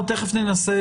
אני יכולה לנצל